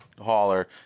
hauler